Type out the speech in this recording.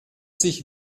sich